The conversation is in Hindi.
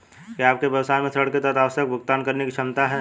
क्या आपके व्यवसाय में ऋण के तहत आवश्यक भुगतान करने की क्षमता है?